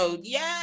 Yes